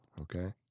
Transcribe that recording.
Okay